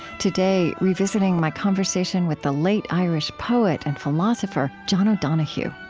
today, revisiting my conversation with the late irish poet and philosopher, john o'donohue.